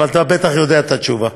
אבל אתה בטח יודע את התשובה.